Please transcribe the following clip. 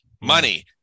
money